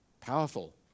Powerful